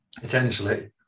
Potentially